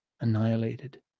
annihilated